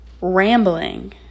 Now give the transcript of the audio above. Rambling